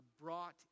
brought